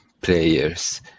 players